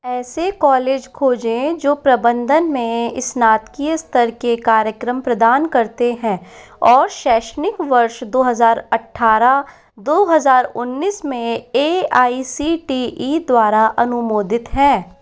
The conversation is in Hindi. ऐसे कॉलेज खोजें जो प्रबंधन में स्नातकीय स्तर के कार्यक्रम प्रदान करते हैं और शैक्षणिक वर्ष दो हज़ार अट्ठारह दो हज़ार उन्नीस में A I C T E द्वारा अनुमोदित हैं